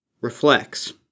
Reflects